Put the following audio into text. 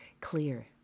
clear